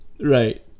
Right